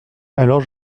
alors